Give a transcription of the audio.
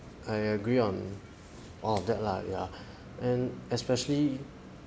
I agree on all of that lah yeah and especially